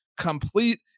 complete